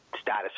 status